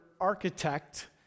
architect